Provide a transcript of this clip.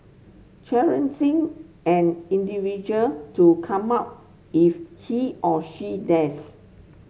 challenging an individual to come out if he or she dares